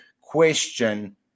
question